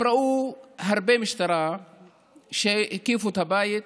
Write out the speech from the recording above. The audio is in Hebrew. הם ראו הרבה משטרה שהקיפה את הבית.